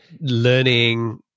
learning